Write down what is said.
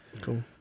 Cool